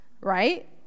right